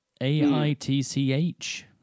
A-I-T-C-H